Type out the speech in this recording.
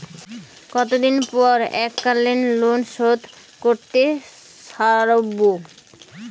কতদিন পর এককালিন লোনশোধ করতে সারব?